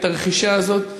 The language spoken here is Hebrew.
את הרכישה הזאת,